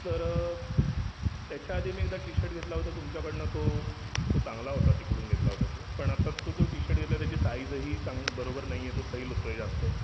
तर त्याच्या आधी मी एकदा टीशर्ट घेतला होता तुमच्याकडनं तो तो चांगला होता तिकडून घेतला होता तो पण आता तो जो टीशर्ट घेतलाय त्याची साईजही चांग बरोबर नाहीये तो सैल होतो आहे जास्त